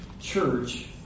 church